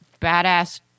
badass